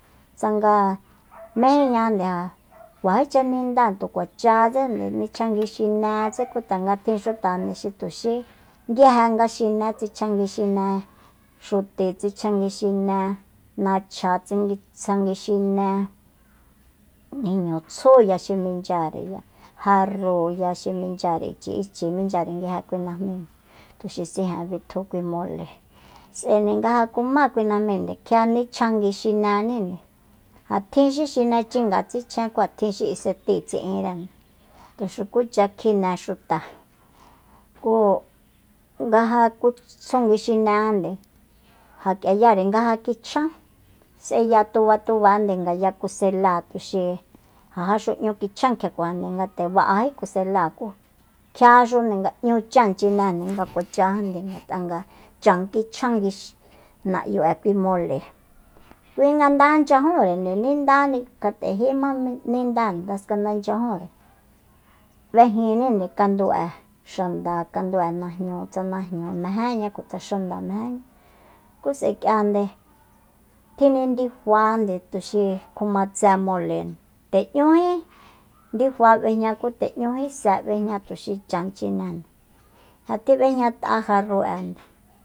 Tsanga mejínñande ja kuajícha ninda tu kuachatsende nichjanguixinétse ku tanga tjin xuta xi tuxí nguije nga xine tsichjangui xine xuti tsichjanguixine nachja tsichjangui xine niñu tsju xi minchyareya jarrúuya xi minchyare ichi ichi xi minchyare nguije kui najmi tuxi sijen bitju kui mole s'aende nga ja kumá kui najmíi kjia nichjangui xineníre ja tjin xi xine chinga tsikjien kú ja tjin xi isetíi tsi'inrende tu xukucha kjine xuta ku nga ja kutsungui xinejande ja k'ia yare nga ja kichjaán s'eya tubatubande ngaya kuseláa tuxi ja jáxu n'ñu kichjan kjiakuande nga nde ba'ají kuseláa ku kjiaxunde nga n'ñu chan chinende nga kuachande ngat'a nga chan kichjangui na'yu'e kui mole kui nga nda nchyajúnre nga nde nindáni kjt'ejíma nindá jaskanda nchyajúnre b'éjininde kandu'e xanda kandu'e najñu tsa najñu mejénña kutsa xanda mejénña ku s'ae k'iande tjinindifande tuxi kjuma tse mole nde n'ñují ndifa béjña kunde n'ñúji se b'ejña tuxi chan chine ja tjib'ejñat'a jarrú'e